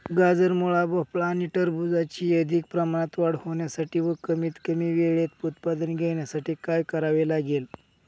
गाजर, मुळा, भोपळा आणि टरबूजाची अधिक प्रमाणात वाढ होण्यासाठी व कमीत कमी वेळेत उत्पादन घेण्यासाठी काय करावे लागेल?